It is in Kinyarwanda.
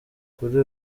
kuri